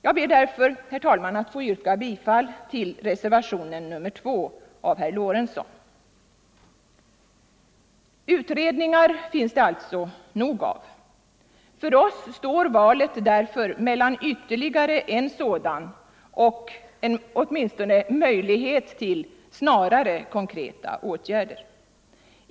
Jag ber därför, herr talman, att få yrka bifall till reservationen 2 av herr Lorentzon. Utredningar finns det alltså nog av. För oss står valet därför mellan ytterligare en sådan och åtminstone möjlighet till snabbare konkreta åtgärder.